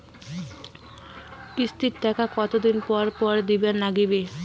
কিস্তির টাকা কতোদিন পর পর দিবার নাগিবে?